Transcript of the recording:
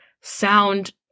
sound